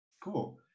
cool